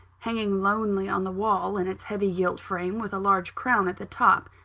hanging lonely on the wall, in its heavy gilt frame, with a large crown at the top,